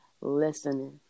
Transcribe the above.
listening